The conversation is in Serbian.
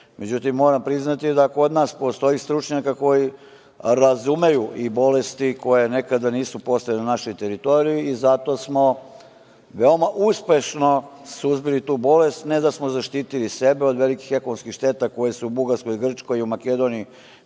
moram priznati da kod nas postoje stručnjaci koji razumeju i bolesti koje nekada nisu postojale na našoj teritoriji i zato smo veoma uspešno suzbili tu bolest, ne da smo zaštitili sebe od velikih ekonomskih šteta koje su u Bugarskoj, Grčkoj i Makedoniji